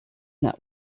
that